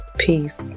peace